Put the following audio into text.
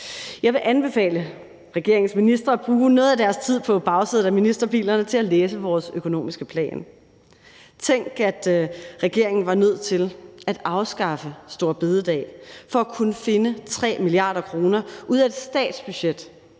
Jeg vil anbefale regeringens ministre at bruge noget af deres tid på bagsædet af ministerbilerne til at læse vores økonomiske plan. Tænk, at regeringen var nødt til at afskaffe store bededag for at kunne finde 3 mia. kr. ud af et statsbudget